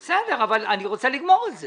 בסדר, אבל אני רוצה לגמור את זה.